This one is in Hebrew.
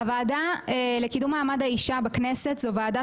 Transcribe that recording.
הוועדה לקידום מעמד האישה בכנסת זו ועדה